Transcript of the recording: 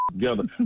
together